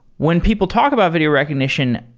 when people talk about video recognition,